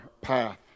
path